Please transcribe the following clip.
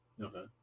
okay